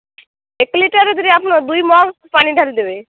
ଏକ ଲିଟରରେ ଫିର ଆପଣ ଦୁଇ ମଗ୍ ପାଣି ଢାଳିଦେବେ